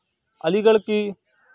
علی گڑھ کی